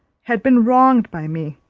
had been wronged by me.